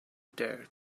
dared